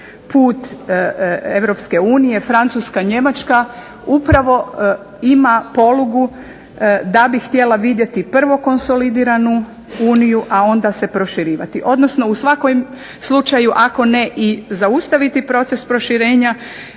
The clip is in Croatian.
put Europske unije, Francuska, Njemačka, upravo ima polugu da bi htjela vidjeti prvo konsolidiranu Uniju a onda se proširivati, odnosno u svakom slučaju ako ne i zaustaviti proces proširenja